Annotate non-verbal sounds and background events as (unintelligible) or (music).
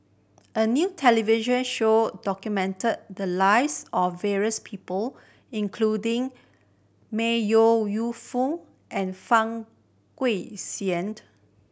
a new television show documented the lives of various people including May Ooi Yu Fen and Fang (unintelligible)